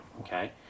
Okay